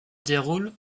déroule